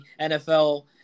NFL